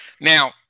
Now